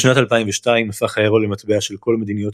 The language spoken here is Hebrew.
בשנת 2002 הפך האירו למטבע של כל מדינות